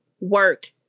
work